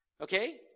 Okay